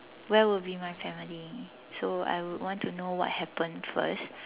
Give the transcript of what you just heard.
where will be my family so I would want to know what happened first